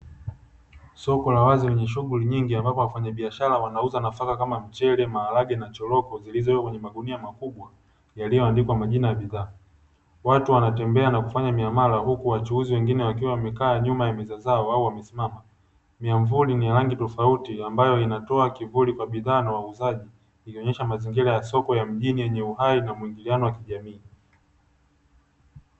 Soko la wazi lenye shughuli nyingi ambapo wafanyabiashara wanauza nafaka kama mchele, maharage, na choroko; zilizowekwa kwenye magunia makubwa yaliyoandikwa majina ya bidhaa. Watu wanatembea na kufanya miamala, huku wachuuzi wengine wakiwa wamekaa nyuma ya meza zao au wamesimama. Miamvuli yenye rangi tofauti ambayo inatoa kivuli kwa bidhaa na wauzaji, ikionyesha mazingira ya soko ya mjini yenye uhai na muingiliano wa kijamii.